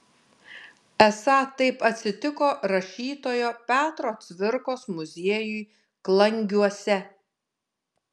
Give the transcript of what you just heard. esą taip atsitiko rašytojo petro cvirkos muziejui klangiuose